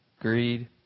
greed